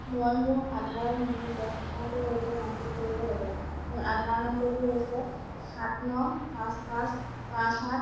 মই মোৰ আধাৰক মোৰ বেংক একাউণ্টৰ সৈতে সংযোগ কৰিব লাগে মোৰ আধাৰ নম্বৰটো হৈছে সাত ন পাঁচ পাঁচ পাঁচ সাত